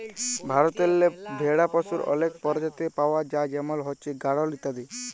ভারতেল্লে ভেড়া পশুর অলেক পরজাতি পাউয়া যায় যেমল হছে গাঢ়ল ইত্যাদি